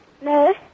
No